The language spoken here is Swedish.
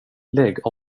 lägg